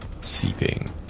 seeping